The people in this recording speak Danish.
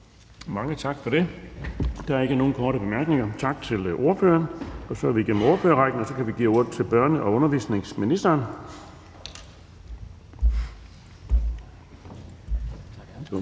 Mange tak for det. Der ikke nogen korte bemærkninger. Tak til ordføreren. Så er vi igennem ordførerrækken, og vi kan give ordet til børne- og undervisningsministeren.